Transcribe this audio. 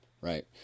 Right